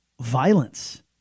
violence